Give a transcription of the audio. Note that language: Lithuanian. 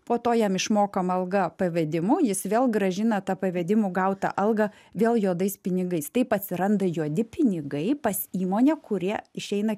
po to jam išmokama alga pavedimu jis vėl grąžina tą pavedimu gautą algą vėl juodais pinigais taip atsiranda juodi pinigai pas įmonę kurie išeina